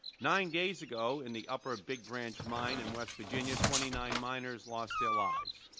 nine days ago in the upper big branch mine in west virginia, twenty nine miners lost their lives.